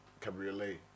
Cabriolet